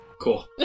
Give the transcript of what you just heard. Cool